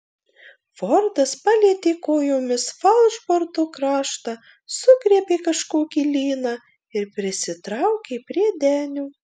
fordas palietė kojomis falšborto kraštą sugriebė kažkokį lyną ir prisitraukė prie denio